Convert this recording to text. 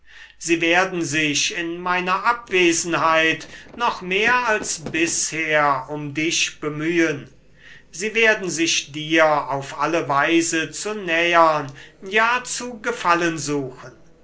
sie werden sich in meiner abwesenheit noch mehr als bisher um dich bemühen sie werden sich dir auf alle weise zu nähern ja zu gefallen suchen